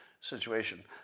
situation